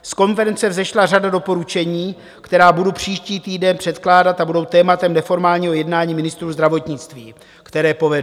Z konference vzešla řada doporučení, která budu příští týden předkládat a budou tématem neformálního jednání ministrů zdravotnictví, které povedu.